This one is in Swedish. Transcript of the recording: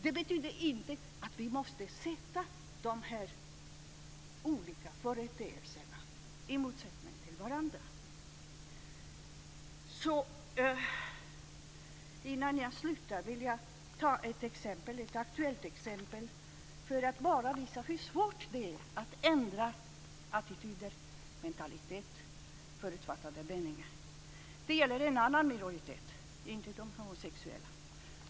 Det betyder heller inte att vi måste sätta de här olika företeelserna i motsättning till varandra. Slutligen vill jag ta ett aktuellt exempel för att visa hur svårt det är att ändra attityder, mentalitet och förutfattade meningar. Det gäller en annan minoritet än de homosexuella.